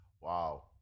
Wow